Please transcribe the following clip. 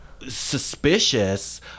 Suspicious